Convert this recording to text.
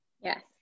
Yes